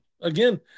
Again